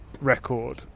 record